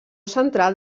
central